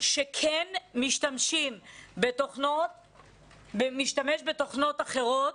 שכן משתמשים בתוכנות אחרות,